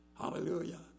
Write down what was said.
Hallelujah